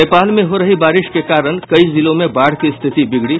नेपाल में हो रही बारिश के कारण कई जिलों में बाढ़ की स्थिति बिगड़ी